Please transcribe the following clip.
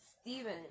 Steven